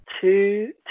two